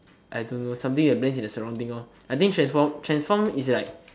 I don't know something that blends in the surrounding lor I think transform transform is like